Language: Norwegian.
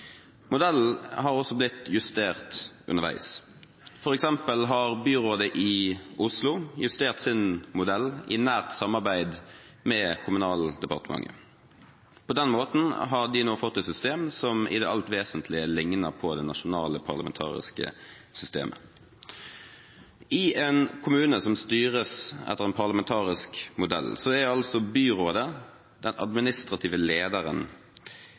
Modellen har også blitt justert underveis, f.eks. har byrådet i Oslo justert sin modell i nært samarbeid med Kommunaldepartementet. På den måten har de nå fått et system som i det alt vesentlige ligner på det nasjonale parlamentariske systemet. I en kommune som styres etter en parlamentarisk modell, er byrådet den administrative lederen,